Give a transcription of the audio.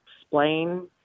explain